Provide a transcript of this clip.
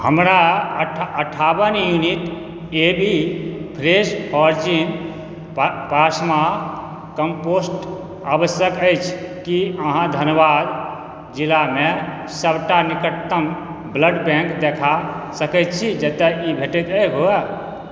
हमरा अठावन unit AB negative fresh frozen plasma कम्पोनेन्टके आवश्यकता अछि की अहाँ धनबाद जिलामे सबटा निकटतम ब्लड बैंक देखा सकै छी जतऽ ई भेटैत होइ